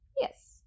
Yes